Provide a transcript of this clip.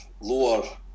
lower